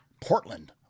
Portland